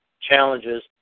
challenges